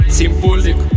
symbolic